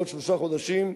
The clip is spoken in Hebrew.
בעוד שלושה חודשים,